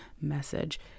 message